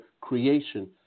creation